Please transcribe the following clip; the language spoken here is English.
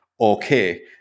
okay